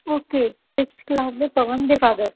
okay sixth class ਦੇ ਪਵਨ ਦੇ father